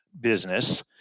business